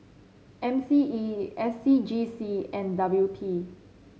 M C E S C G C and W P